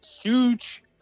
huge